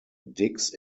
digs